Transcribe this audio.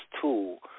tool